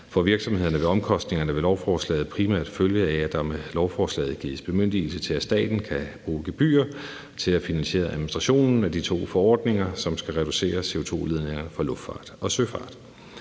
For virksomhederne vil omkostningerne ved lovforslaget primært følge af, at der med lovforslaget gives bemyndigelse til, at staten kan bruge gebyrer til at finansiere administrationen af de to forordninger, som skal reducere CO2-udledningerne fra luftfart og søfart.